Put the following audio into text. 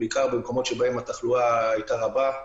בעיקר במקומות שבהם התחלואה היתה רבה.